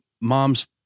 mom's